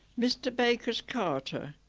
mr baker's carter,